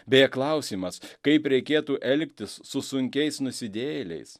beje klausimas kaip reikėtų elgtis su sunkiais nusidėjėliais